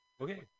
Okay